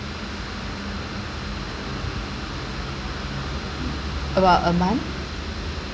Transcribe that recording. about a month